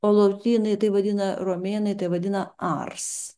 o lotynai tai vadina romėnai tai vadina ars